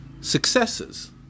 successes